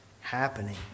happening